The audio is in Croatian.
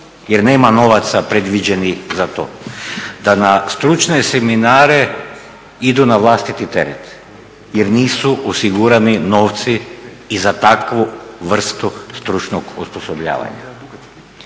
jer nema novaca predviđenih za to, da na stručne seminare idu na vlastiti teret jer nisu osigurani novci i za takvu vrstu stručnog osposobljavanja.